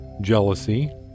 Jealousy